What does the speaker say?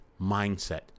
mindset